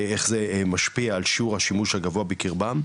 איך זה משפיע על שיעור השימוש הגבוה בקרבם,